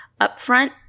upfront